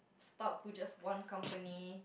stuck to just one company